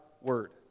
word